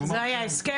זה היה ההסכם,